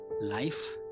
life